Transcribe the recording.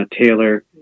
Taylor